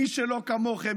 מי שלא כמוכם,